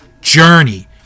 Journey